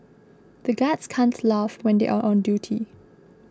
the guards can't laugh when they are on duty